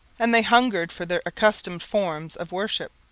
and they hungered for their accustomed forms of worship.